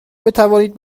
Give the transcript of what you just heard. بتوانید